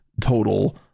total